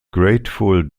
grateful